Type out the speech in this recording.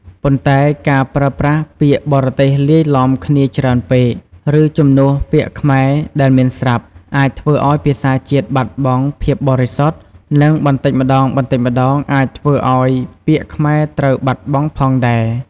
ប៉ុន្តែការប្រើប្រាស់ពាក្យបរទេសលាយឡំគ្នាច្រើនពេក ឬជំនួសពាក្យខ្មែរដែលមានស្រាប់ អាចធ្វើឱ្យភាសាជាតិបាត់បង់ភាពបរិសុទ្ធ និងបន្ដិចម្ដងៗអាចធ្វើឲ្យពាក្យខ្មែរត្រូវបាត់បង់ផងដែរ។